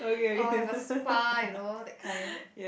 or have a spa you know that kind